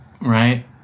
Right